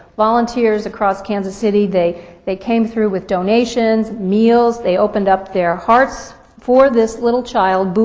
volunteers across kansas city, they they came through with donations, meals, they opened up their hearts for this little child, boi,